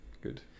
good